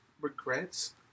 regrets